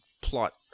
plot